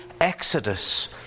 exodus